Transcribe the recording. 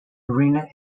arena